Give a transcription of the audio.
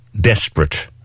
desperate